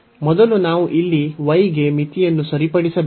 ಮೊದಲು ನಾವು ಇಲ್ಲಿ y ಗೆ ಮಿತಿಯನ್ನು ಸರಿಪಡಿಸಬೇಕು